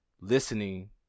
listening